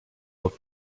rok